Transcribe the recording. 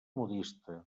modista